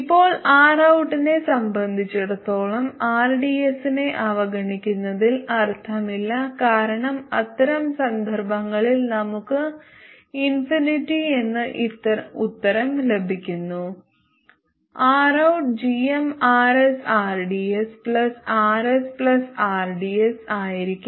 ഇപ്പോൾ Rout നെ സംബന്ധിച്ചിടത്തോളം rds നെ അവഗണിക്കുന്നതിൽ അർത്ഥമില്ല കാരണം അത്തരം സന്ദർഭങ്ങളിൽ നമുക്ക് ഇൻഫിനിറ്റിയെന്ന് ഉത്തരം ലഭിക്കുന്നു Rout gmRsrds Rs rds ആയിരിക്കും